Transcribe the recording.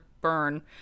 burn